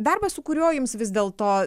darbas su kuriuo jums vis dėl to